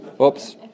Oops